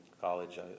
college